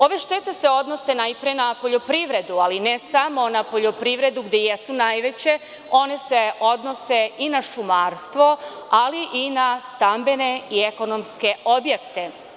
Ove štete se odnose najpre na poljoprivredu, ali ne samo na poljoprivredu gde jesu najveće, one se odnose i na šumarstvo ali i na stambene i ekonomske objekte.